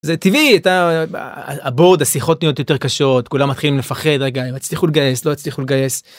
זה טבעי את הבורד השיחות נהיות יותר קשות כולם מתחילים לפחד רגע הם יצליחו לגייס לא יצליחו לגייס.